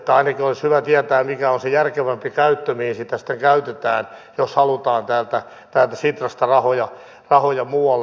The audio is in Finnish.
ainakin olisi hyvä tietää mikä on se järkevämpi käyttö mihin sitä sitten käytetään jos halutaan täältä sitrasta rahoja muualle ottaa